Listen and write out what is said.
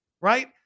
right